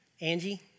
Angie